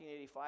1985